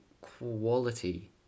quality